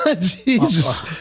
Jesus